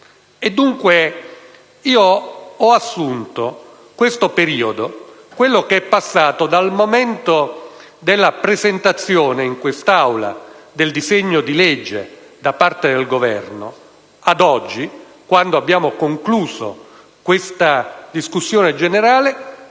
Dunque, io ho assunto questo periodo - quello trascorso dal momento della presentazione in quest'Aula del disegno di legge da parte del Governo ad oggi, quando si è conclusa la discussione generale